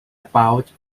about